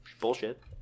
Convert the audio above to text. bullshit